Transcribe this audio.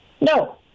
No